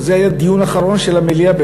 זה היה בדיון האחרון של המליאה,